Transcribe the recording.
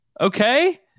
Okay